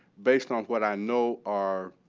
based on what i know our